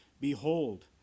behold